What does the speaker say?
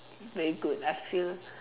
very good I feel